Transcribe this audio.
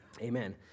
Amen